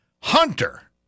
Hunter